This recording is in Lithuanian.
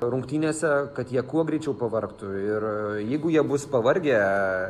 rungtynėse kad jie kuo greičiau pavargtų ir jeigu jie bus pavargę